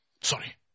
Sorry